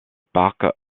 parc